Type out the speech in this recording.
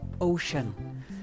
ocean